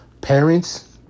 Parents